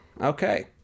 Okay